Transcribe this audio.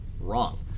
wrong